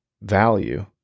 value